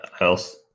else